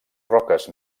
roques